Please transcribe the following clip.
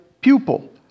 pupil